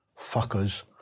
fuckers